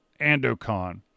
Andocon